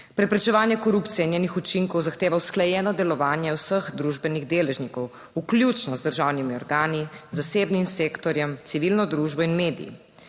Preprečevanje korupcije in njenih učinkov zahteva usklajeno delovanje vseh družbenih deležnikov, vključno z državnimi organi, zasebnim sektorjem, civilno družbo in mediji.